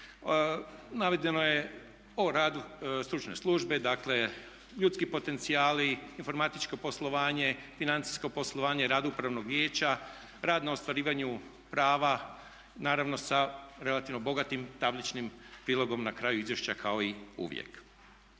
navedeno je o radu stručne službe. Dakle, ljudski potencijali, informatičko poslovanje, financijsko poslovanje, rad Upravnog vijeća, rad na ostvarivanju prava naravno sa relativno bogatim tabličnim prilogom na kraju izvješća kao i uvijek.